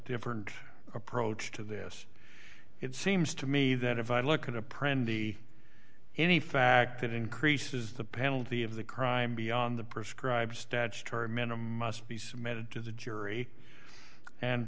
different approach to this it seems to me that if i look at a prend the any fact that increases the penalty of the crime beyond the prescribe statutory minimum must be submitted to the jury and